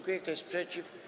Kto jest przeciw?